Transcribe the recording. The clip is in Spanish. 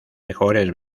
mejores